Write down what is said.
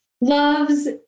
loves